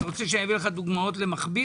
יכול להביא דוגמאות למכביר